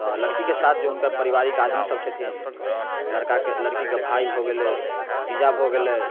तऽ लड़कीके साथ जे हुनकर परिवारिक आदमी सभ छथिन लड़काके लड़कीके भाय भऽ गेलै जीजा भऽ गेलै